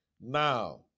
Now